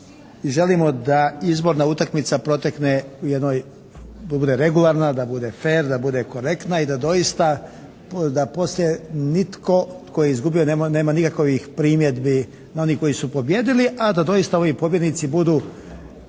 želimo da izborna utakmica protekne u jednoj, da bude regularna, da bude fer, da bude korektna i da doista poslije nitko tko je izgubio nema nikakovih primjedbi na one koji su pobijedili. A da doista ovi pobjednici budu,